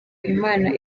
imana